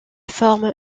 forme